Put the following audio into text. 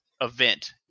event